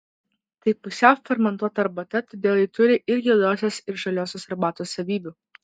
tai pusiau fermentuota arbata todėl ji turi ir juodosios ir žaliosios arbatos savybių